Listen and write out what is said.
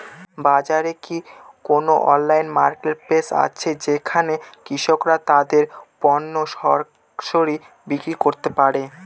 বাজারে কি কোন অনলাইন মার্কেটপ্লেস আছে যেখানে কৃষকরা তাদের পণ্য সরাসরি বিক্রি করতে পারে?